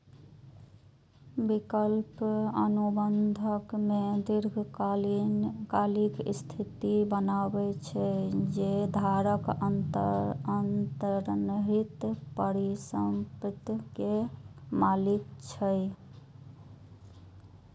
विकल्प अनुबंध मे दीर्घकालिक स्थिति बतबै छै, जे धारक अंतर्निहित परिसंपत्ति के मालिक छियै